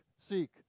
seek